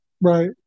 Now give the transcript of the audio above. right